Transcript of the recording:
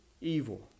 evil